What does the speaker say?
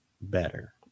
better